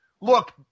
Look